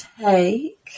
take